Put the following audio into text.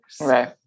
Right